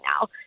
now